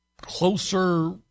closer –